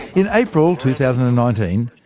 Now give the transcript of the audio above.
in april two thousand and nineteen,